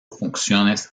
funciones